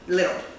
little